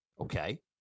Okay